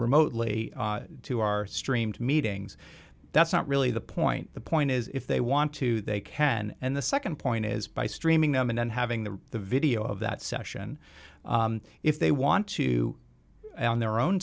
remotely to our streamed meetings that's not really the point the point is if they want to they can and the nd point is by streaming them and then having the the video of that session if they want to on their own